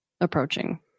approaching